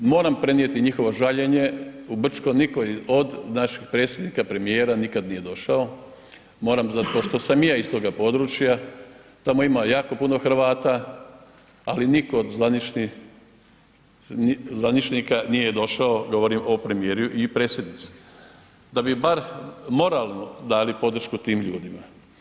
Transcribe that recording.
Moram prenijeti njihovo žaljenje, u Brčkom nitko od naših predsjednika, premijera nikad nije došao, moram znat pošto sam i ja iz toga područja, tamo ima jako puno Hrvata, ali nitko od zvaničnih, zvaničnika nije došao govorim o premijeru i predsjednici, da bi bar moralno dali podršku tim ljudima.